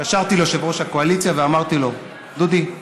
התקשרתי ליושב-ראש הקואליציה ואמרתי לו: דודי,